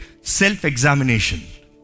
self-examination